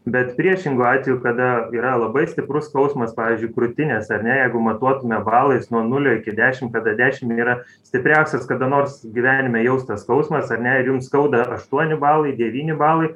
bet priešingu atveju kada yra labai stiprus skausmas pavyzdžiui krūtinės ar ne jeigu matuotume balais nuo nulio iki dešim tada dešimt yra stipriausias kada nors gyvenime jaustas skausmas ar ne ir jum skauda aštuoni balai devyni balai